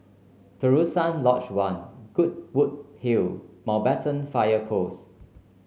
Terusan Lodge One Goodwood Hill Mountbatten Fire Post